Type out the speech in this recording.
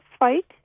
fight